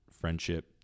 friendship